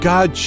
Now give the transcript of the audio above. God